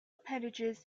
appendages